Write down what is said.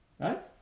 Right